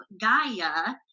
Gaia